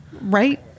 Right